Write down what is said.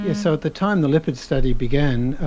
yeah so at the time the lipid study began,